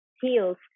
heels